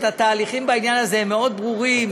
התהליכים בעניין הזה הם מאוד ברורים,